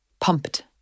pumped